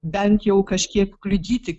bent jau kažkiek kliudyti